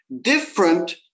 different